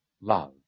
love